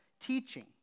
teaching